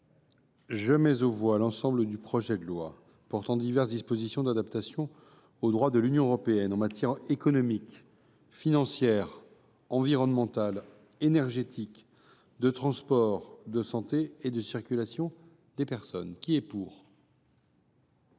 modifié, l’ensemble du projet de loi portant diverses dispositions d’adaptation au droit de l’Union européenne en matière économique, financière, environnementale, énergétique, de transport, de santé et de circulation des personnes. La parole